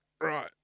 Right